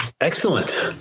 Excellent